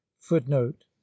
Footnote